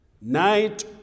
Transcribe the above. night